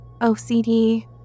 OCD